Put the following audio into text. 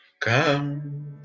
come